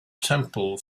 temple